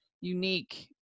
unique